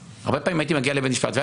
הרבה פעמים הייתי מגיע לבית משפט והיה